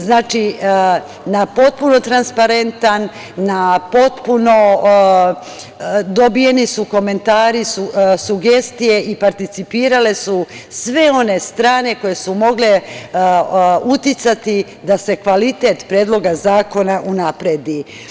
Znači, na potpuno transparentan način dobijeni su komentari, sugestije i participirale su sve one strane koje su mogle uticati da se kvalitet predloga zakona unapredi.